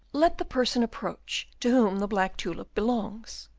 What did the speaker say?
let the person approach to whom the black tulip belongs.